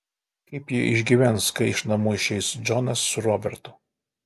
kaip ji išgyvens kai iš namų išeis džonas su robertu